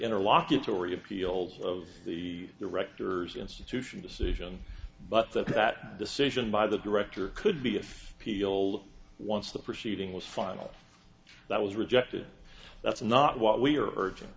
interlocutory appeals of the director's institution decision but that that decision by the director could be if peel once the proceeding was final that was rejected that's not what we are urg